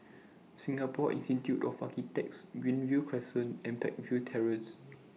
Singapore Institute of Architects Greenview Crescent and Peakville Terrace